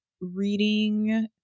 reading